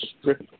strict